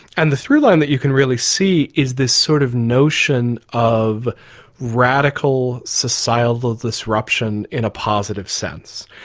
and the through-line that you can really see is this sort of notion of radical societal disruption in a positive sense.